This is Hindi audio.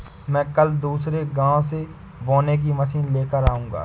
मैं कल दूसरे गांव से बोने की मशीन लेकर आऊंगा